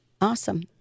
Awesome